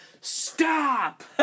stop